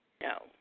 No